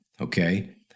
Okay